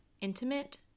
intimate